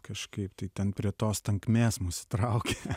kažkaip tai ten prie tos tankmės mus traukia